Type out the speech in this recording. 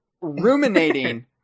ruminating